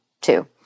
two